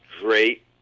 great